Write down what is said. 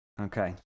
Okay